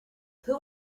who